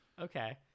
Okay